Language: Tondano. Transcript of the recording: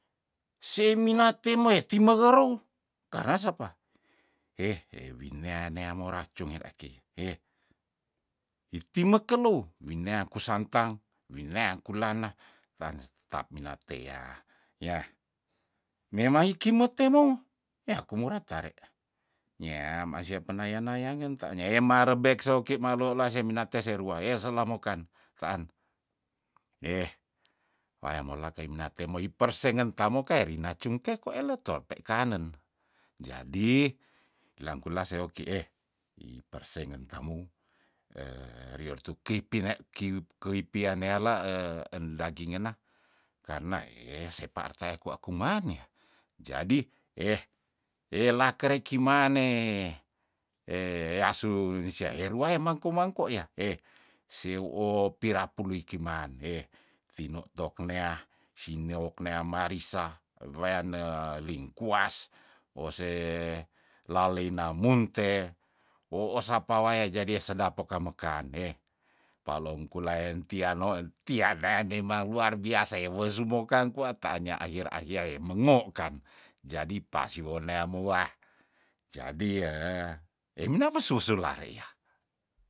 Se mina temo eh timengerou karna sapa heh ewinea neamou racung erakei heh itimekelou winea kusangtang winea kulana tanstap mina tea yah memaiki metemou yah kumura tare nya ma sia penaya- nayangen ta nye emarebek seoki malola seminate seru eselah mokan taan eh waya mola kei minate mo ipersengen tamo kae rina cungte kwa elet to pe kanen jadi langkula seoki eh ipersengen tamou eh rior tukei pine kiwip keui pianeala endangi ngana karna eh sepaar tea kua kumanyah jadi eh- elakere kimane asu nisia erua emang kumangko yah ehsew oh pira puluikiman ehtino toknea sinewok nea marisa weweane lingkuas wose laleina munte wooh sapa waya jadia sedap peka mekan eh palongkulan tiano en tianae nima luar biasa ewo sumokan kwa ta anya ahir ahiae menguokan jadi pasiwon neamo weah jadi eh emina pasusulare yah.